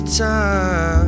time